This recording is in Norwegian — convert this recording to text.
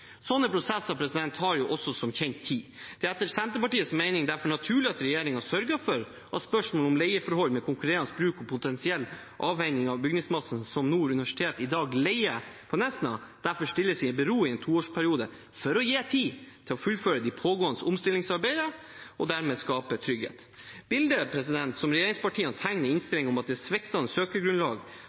Sånne prosesser tar også som kjent tid. Det er etter Senterpartiets mening derfor naturlig at regjeringen sørger for at spørsmål om leieforhold med konkurrerende bruk og potensiell avhending av bygningsmassen som Nord universitet i dag leier på Nesna, stilles i bero i en toårsperiode for å gi tid til å fullføre det pågående omstillingsarbeidet og dermed skape trygghet. Bildet som regjeringspartiene tegner i innstillingen av at det var sviktende søkergrunnlag